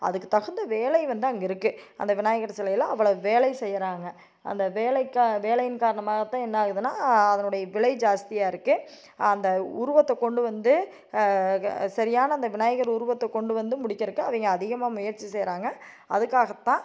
அதுக்குத் தகுந்த வேலை வந்து அங்கே இருக்குது அந்த விநாயகர் சிலையில் அவ்வளோ வேலை செய்கிறாங்க அந்த வேலைக்கு வேலையின் காரணமாகத்தான் என்ன ஆகுதுனால் அதனுடைய விலை ஜாஸ்தியாக இருக்குது அந்த உருவத்தை கொண்டு வந்து க சரியான அந்த விநாயகர் உருவத்தை கொண்டு வந்து முடிக்கிறதுக்கு அவங்க அதிகமாக முயற்சி செய்கிறாங்க அதுக்காகத்தான்